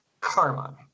karma